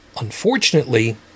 unfortunately